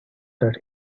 that